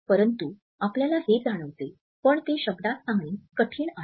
परंतु आपल्याला हे जाणवते पण ते शब्दात सांगणे कठीण आहे